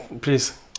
please